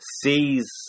sees